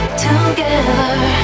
together